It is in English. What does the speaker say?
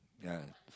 ya